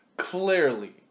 Clearly